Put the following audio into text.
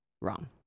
Wrong